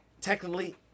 technically